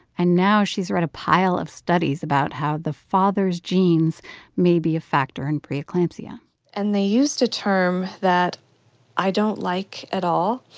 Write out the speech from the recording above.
and now she's read a pile of studies about how the father's genes may be a factor in pre-eclampsia and they used a term that i don't like at all,